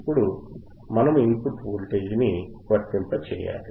ఇప్పుడు మనము input voltage ని వర్తింపజేయాలి